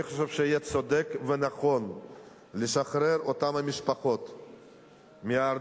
אני חושב שיהיה צודק ונכון לשחרר את אותן משפחות מהארנונה,